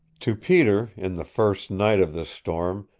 to peter, in the first night of this storm,